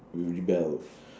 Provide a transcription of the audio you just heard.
we will rebel